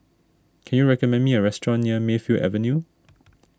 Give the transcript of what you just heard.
can you recommend me a restaurant near Mayfield Avenue